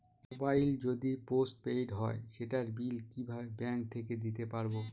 Mobile যদি postpaid হয় সেটার বিল কিভাবে ব্যাংক থেকে দিতে পারব?